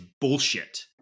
bullshit